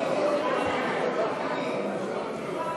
בקריאה שלישית ונכנסת לספר החוקים.